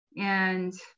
And-